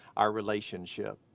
our relationship.